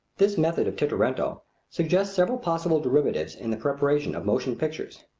this method of tintoretto suggests several possible derivatives in the preparation of motion pictures.